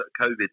COVID